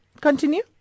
continue